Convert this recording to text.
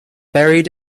buried